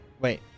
Wait